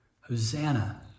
Hosanna